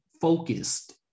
focused